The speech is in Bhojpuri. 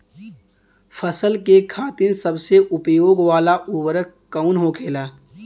फसल के खातिन सबसे उपयोग वाला उर्वरक कवन होखेला?